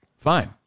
Fine